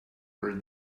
where